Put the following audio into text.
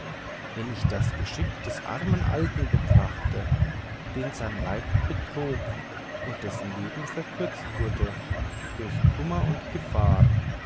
wenn ich das geschick des armen alten betrachte den sein weib betrog und dessen leben verkürzt wurde durch kummer und gefahr